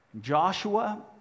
Joshua